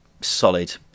solid